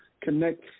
connect